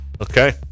Okay